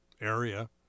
area